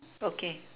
okay